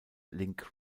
link